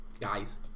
Guys